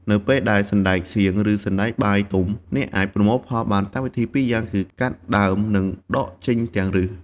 នៅពេលដែលសណ្ដែកសៀង ឬសណ្ដែកបាយទុំ អ្នកអាចប្រមូលផលបានតាមវិធីពីរយ៉ាងគឺ កាត់ដើម និងការដកទាំងឫស។